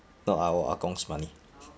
not our ah gong's money